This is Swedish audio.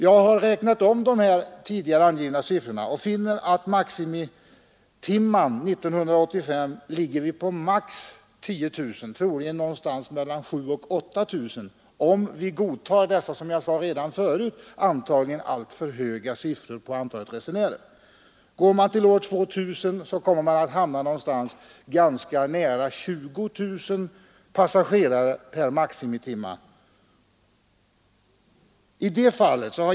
Jag har räknat om de tidigare angivna siffrorna och funnit att antalet passagerare under maximitimmen ligger 1985 på högst 10 000 troligen 7 000 — 8 000 — om vi godtar dessa som jag sade förut antagligen alltför högt prognoserade siffror på antalet resenärer. År 2000 kommer man att hamna ganska nära 20 000 passagerare per maximitimme.